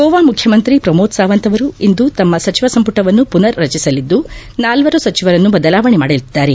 ಗೋವಾ ಮುಖ್ಯಮಂತ್ರಿ ಪ್ರಮೋದ್ ಸಾವಂತ್ ಇಂದು ತಮ್ಮ ಸಚಿವ ಸಂಪುಟವನ್ನು ಪುನರ್ ರಚಿಸಲಿದ್ದು ನಾಲ್ವರು ಸಚಿವರನ್ನು ಬದಲಾವಣೆ ಮಾಡಲಿದ್ದಾರೆ